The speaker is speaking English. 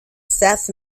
seth